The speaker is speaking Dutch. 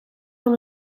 van